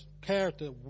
character